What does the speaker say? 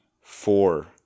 four